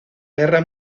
guerra